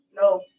no